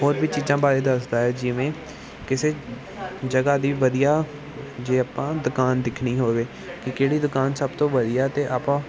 ਹੋਰ ਵੀ ਚੀਜ਼ਾਂ ਬਾਰੇ ਦੱਸਦਾ ਹੈ ਜਿਵੇਂ ਕਿਸੇ ਜਗ੍ਹਾ ਦੀ ਵਧੀਆ ਜੇ ਆਪਾਂ ਦੁਕਾਨ ਦੇਖਣੀ ਹੋਵੇ ਕਿ ਕਿਹੜੀ ਦੁਕਾਨ ਸਭ ਤੋਂ ਵਧੀਆ ਤਾਂ ਆਪਾਂ